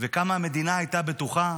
וכמה המדינה הייתה בטוחה.